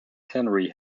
henry